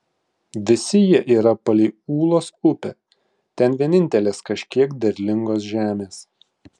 visi jie yra palei ūlos upę ten vienintelės kažkiek derlingos žemės